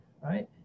right